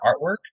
artwork